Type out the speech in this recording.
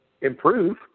improve